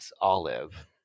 olive